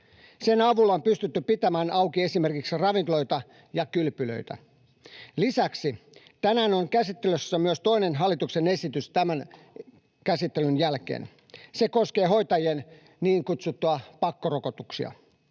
Sen avulla on pystytty pitämään auki esimerkiksi ravintoloita ja kylpylöitä. Lisäksi tänään on käsittelyssä myös toinen hallituksen esitys tämän käsittelyn jälkeen. Se koskee hoitajien niin kutsuttuja pakkorokotuksia.